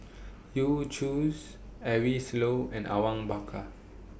Yu Zhuye Eric Low and Awang Bakar